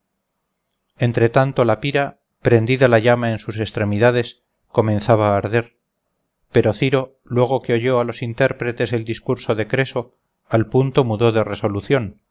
felices entretanto la pira prendida la llama en sus extremidades comenzaba a arder pero ciro luego que oyó a los intérpretes el discurso de creso al punto mudó de resolución